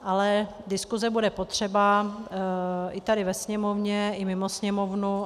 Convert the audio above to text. Ale diskuse bude potřeba i tady ve Sněmovně i mimo Sněmovnu.